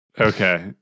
Okay